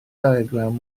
diagram